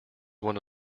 one